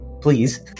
Please